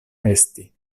esti